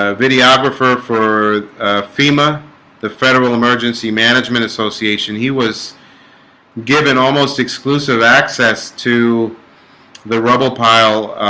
ah videographer for fema the federal emergency management association he was given almost exclusive access to the rubble pile